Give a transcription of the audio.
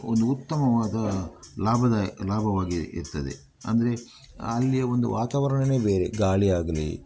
ಒಂದು ಉತ್ತಮವಾದ ಲಾಭದಾಯ ಲಾಭವಾಗಿ ಇರ್ತದೆ ಅಂದರೆ ಅಲ್ಲಿಯ ಒಂದು ವಾತಾವರಣವೇ ಬೇರೆ ಗಾಳಿ ಆಗಲಿ